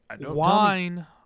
wine